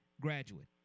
graduate